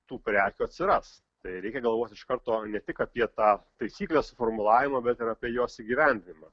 tų prekių atsiras tai reikia galvoti iš karto ne tik apie tą taisyklės formulavimą bet ir apie jos įgyvendinimą